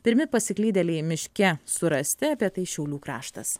pirmi pasiklydėliai miške surasti apie tai šiaulių kraštas